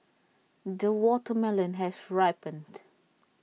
the watermelon has ripened